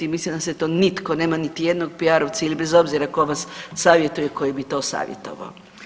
I mislim da se to nitko, nema niti jednog PR-ovca ili bez obzira tko vas savjetuje i koji bi to savjetovao.